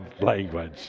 language